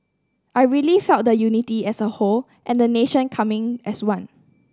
I really felt the unity as a whole and the nation coming as one